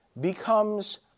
becomes